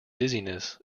dizziness